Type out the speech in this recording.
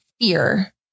fear